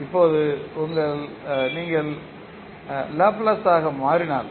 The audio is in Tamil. இப்போது நீங்கள் லாப்லேஸாக மாற்றினால்